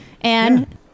and-